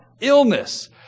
illness